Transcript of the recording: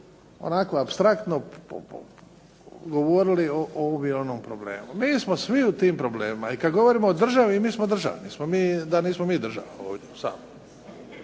onako apstraktno govorili o ovom ili onom problemu. Mi smo svi u tim problemima. I kada govorimo o državi, mi smo država. Nismo mi da nismo mi država ovdje u